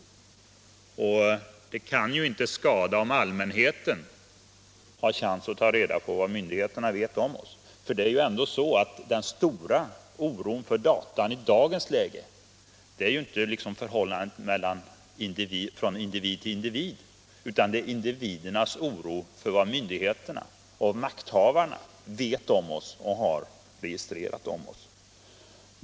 Det kan inte skada om allmänheten har en chans att ta reda på vad myndigheterna vet om oss. Oron för datan i dagens läge gäller inte förhållandet från individ till individ utan vad myndigheterna och makthavarna vet och har registrerat om oss.